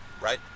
right